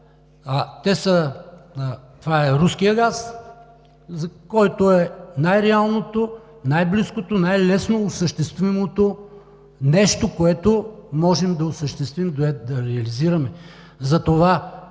това е руският газ, който е най-реалното, най-близкото и най-лесно осъществимото нещо, което можем да реализираме.